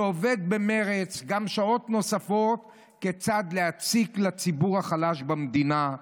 שעובד במרץ גם שעות נוספות כיצד להציק לציבור החלש במדינה,